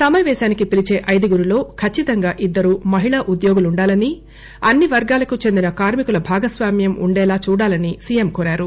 సమావేశానికి పిలీచే ఐదుగురిలో ఖచ్చితంగా ఇద్దరు మహిళా ఉద్యోగులుండాలని అన్ని వర్గాలకు చెందిన కార్మికుల భాగస్వామ్యం ఉండేలా చూడాలని సిఎం కోరారు